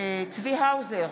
צבי האוזר,